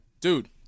Dude